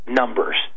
numbers